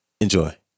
Enjoy